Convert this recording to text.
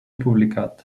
publicat